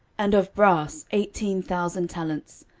and of brass eighteen thousand talents,